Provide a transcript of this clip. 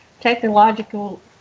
technological